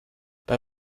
bei